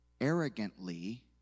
arrogantly